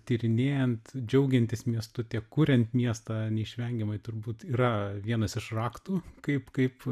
tyrinėjant džiaugiantis miestu tiek kuriant miestą neišvengiamai turbūt yra vienas iš raktų kaip kaip